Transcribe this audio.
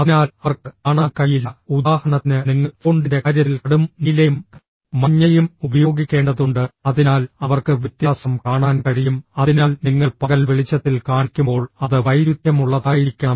അതിനാൽ അവർക്ക് കാണാൻ കഴിയില്ല ഉദാഹരണത്തിന് നിങ്ങൾ ഫോണ്ടിന്റെ കാര്യത്തിൽ കടും നീലയും മഞ്ഞയും ഉപയോഗിക്കേണ്ടതുണ്ട് അതിനാൽ അവർക്ക് വ്യത്യാസം കാണാൻ കഴിയും അതിനാൽ നിങ്ങൾ പകൽ വെളിച്ചത്തിൽ കാണിക്കുമ്പോൾ അത് വൈരുദ്ധ്യമുള്ളതായിരിക്കണം